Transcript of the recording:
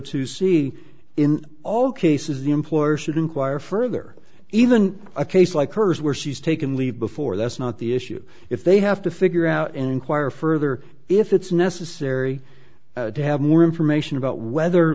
c in all cases the employer should inquire further even a case like hers where she's taken leave before that's not the issue if they have to figure out inquire further if it's necessary to have more information about whether